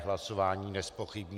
Hlasování nezpochybňuji.